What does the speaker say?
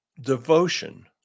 devotion